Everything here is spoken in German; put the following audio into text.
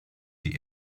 die